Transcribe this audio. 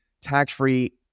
tax-free